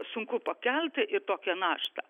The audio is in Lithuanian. sunku pakelti ir tokią naštą